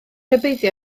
rhybuddio